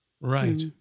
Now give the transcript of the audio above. right